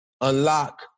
unlock